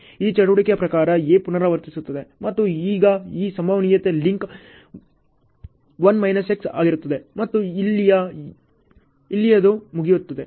ಈ ಚಟುವಟಿಕೆಯ ಪ್ರಕಾರ A ಪುನರಾವರ್ತಿಸುತ್ತದೆ ಮತ್ತು ಈಗ ಈ ಸಂಭವನೀಯತೆ ಲಿಂಕ್ 1 ಮೈನಸ್ X ಆಗಿರುತ್ತದೆ ಮತ್ತು ಇಲ್ಲಿ ಅದು ಮುಗಿಯುತ್ತದೆ